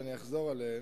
ואני אחזור עליהם,